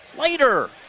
later